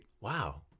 Wow